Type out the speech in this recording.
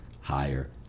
higher